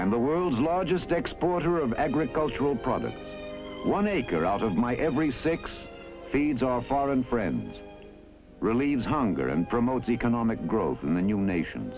am the world's largest exporter of agricultural products one acre out of my every six feeds our foreign friends relieve hunger and promotes economic growth in the new nation